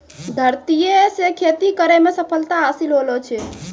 धरतीये से खेती करै मे सफलता हासिल होलो छै